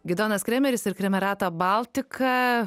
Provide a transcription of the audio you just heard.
gidonas kremeris ir kremerata baltika